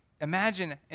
imagine